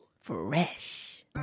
fresh